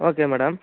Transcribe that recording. okay madam